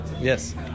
Yes